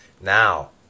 now